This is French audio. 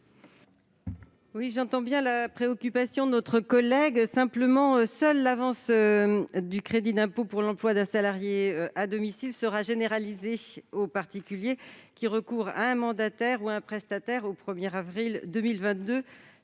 ? J'entends bien votre préoccupation, mon cher collègue, mais seule l'avance du crédit d'impôt pour l'emploi d'un salarié à domicile sera généralisée aux particuliers recourant à un mandataire ou à un prestataire au 1 avril 2022,